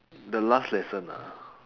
the last lesson ah